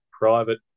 private